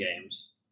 games